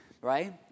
right